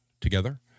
together